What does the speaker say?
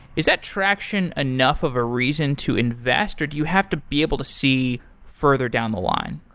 is that traction enough of a reason to invest, or do you have to be able to see further down the line?